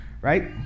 Right